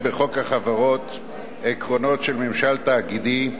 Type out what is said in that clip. בחוק החברות עקרונות של ממשל תאגידי,